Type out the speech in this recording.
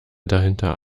dahinter